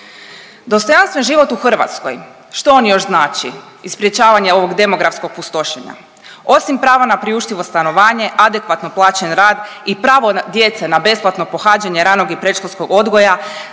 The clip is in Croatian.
Dostojanstven život u Hrvatskoj, što on još znači i sprječavanje ovog demografskog pustošenja? Osim pravo na priuštivo stanovanje, adekvatno plaćen rad i pravo djece na besplatno pohađanje ranog i predškolskog odgoja